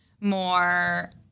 more